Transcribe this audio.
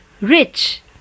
rich